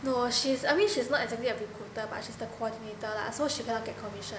no she's I mean she's not exactly a recruiter but she's the coordinator lah so she cannot get commission